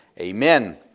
Amen